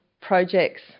projects